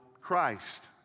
Christ